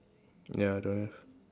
ya don't have